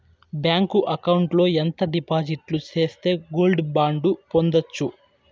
Bank account లో ఎంత డిపాజిట్లు సేస్తే గోల్డ్ బాండు పొందొచ్చు?